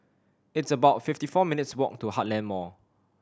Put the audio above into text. it's about fifty four minutes' walk to Heartland Mall